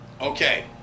okay